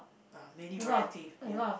uh many variety ya